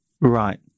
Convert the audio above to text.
right